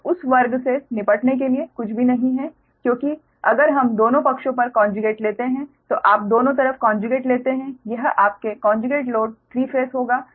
तो उस वर्ग से निपटने के लिए कुछ भी नहीं है क्योंकि अगर हम दोनों पक्षों पर कोंजुगेट लेते हैं तो आप दोनों तरफ कोंजुगेट लेते हैं यह आपके कोंजुगेट लोड 3 फेस होगा